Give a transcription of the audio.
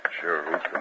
Sure